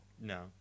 No